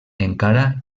encara